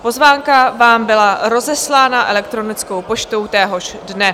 Pozvánka vám byla rozeslána elektronickou poštou téhož dne.